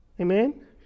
Amen